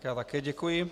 Já také děkuji.